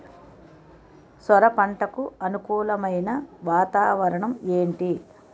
సొర పంటకు అనుకూలమైన వాతావరణం ఏంటి?